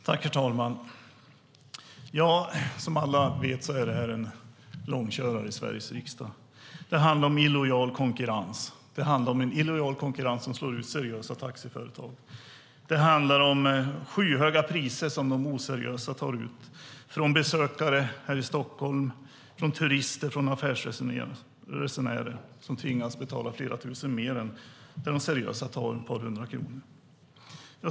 Herr talman! Som alla vet är detta en långkörare i Sveriges riksdag. Det handlar om illojal konkurrens som slår ut seriösa taxiföretag. Det handlar om skyhöga priser som de oseriösa tar ut från besökare här i Stockholm, från turister och från affärsresenärer, som tvingas betala flera tusen kronor mer, där de seriösa tar ett par hundra kronor.